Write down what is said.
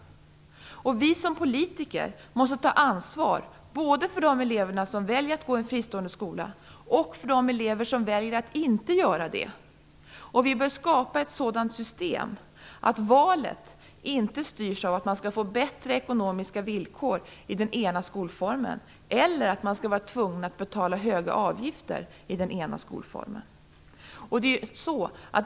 Vi som politiker måste ta ansvar både för de elever som väljer att gå i en fristående skola och för de elever som väljer att inte göra det. Vi bör skapa ett sådant system att valet inte styrs av att man får bättre ekonomiska villkor i den ena skolformen eller att man är tvungen att betala höga avgifter i den ena skolformen.